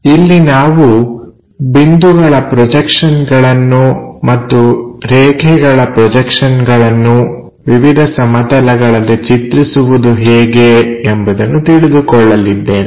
ಇಲ್ಲಿ ನಾವು ಬಿಂದುಗಳ ಪ್ರೊಜೆಕ್ಷನ್ಗಳನ್ನು ಮತ್ತು ರೇಖೆಗಳ ಪ್ರೊಜೆಕ್ಷನ್ಗಳನ್ನು ವಿವಿಧ ಸಮತಲಗಳಲ್ಲಿ ಚಿತ್ರಿಸುವುದು ಹೇಗೆ ಎಂಬುದನ್ನು ತಿಳಿದುಕೊಳ್ಳಲಿದ್ದೇವೆ